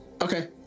Okay